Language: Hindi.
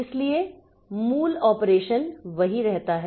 इसलिए मूल ऑपरेशन वही रहता है